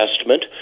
investment